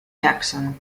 jackson